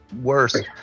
worse